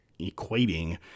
equating